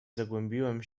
zagłębiłem